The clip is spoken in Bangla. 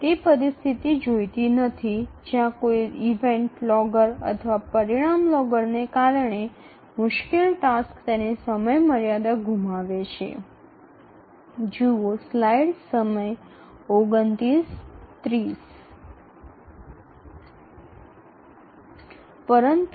আমরা সেই পরিস্থিতিটি চাই না যেখানে কোনও ইভেন্ট ভুল বা ফলাফল ভুলের কারণে সমালোচনামূলক কাজটি তার সময়সীমাটি মিস করে